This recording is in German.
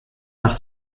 nach